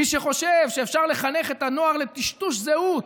מי שחושב שאפשר לחנך את הנוער לטשטוש זהות,